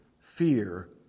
fear